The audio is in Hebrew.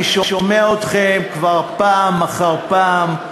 אני שומע אתכם פעם אחר פעם,